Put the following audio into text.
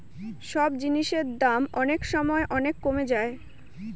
সব জিনিসের দাম অনেক সময় অনেক কমে যায়